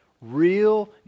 Real